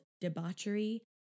debauchery